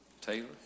Taylor